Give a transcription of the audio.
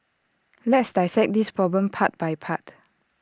let's dissect this problem part by part